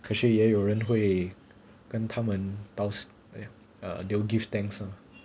可是也有人会跟他们 taos~ they'll give thanks ah